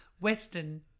western